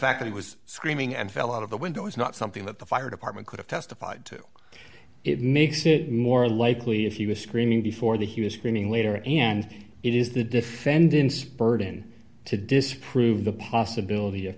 fact that he was screaming and fell out of the window is not something that the fire department could have testified to it makes it more likely if he was screaming before the he was grinning later and it is the defendant's burden to disprove the possibility of